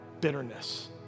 bitterness